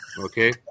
Okay